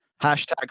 Hashtag